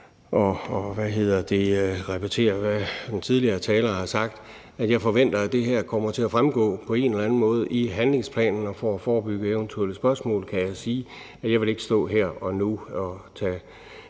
bare til at repetere, hvad den tidligere taler har sagt, og sige, at jeg forventer, at det her kommer til at fremgå på en eller anden måde i handlingsplanen. For at forebygge eventuelle spørgsmål kan jeg sige, at jeg ikke vil stå her og nu og tage nærmere